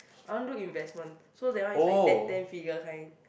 I wanna do investment so that one is like ten ten figure kind